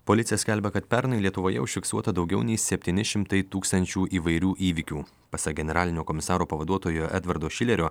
policija skelbia kad pernai lietuvoje užfiksuota daugiau nei septyni šimtai tūkstančių įvairių įvykių pasak generalinio komisaro pavaduotojo edvardo šilerio